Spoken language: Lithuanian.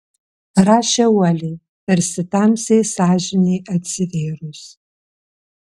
rašė uoliai tarsi tamsiai sąžinei atsivėrus